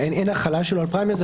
אין החלה שלו על פריימריז,